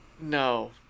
no